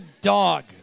dog